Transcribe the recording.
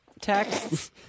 texts